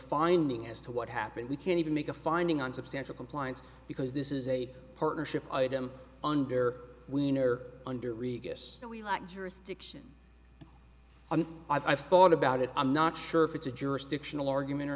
finding as to what happened we can't even make a finding on substantial compliance because this is a partnership item under wiener under regus that we like jurisdiction and i thought about it i'm not sure if it's a jurisdictional argument or